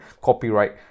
copyright